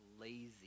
lazy